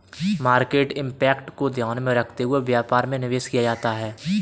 market impact को ध्यान में रखते हुए व्यापार में निवेश किया जाता है